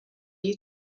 you